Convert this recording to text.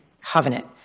covenant